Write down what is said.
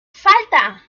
salta